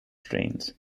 trains